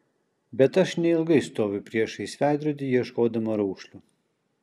bet aš neilgai stoviu priešais veidrodį ieškodama raukšlių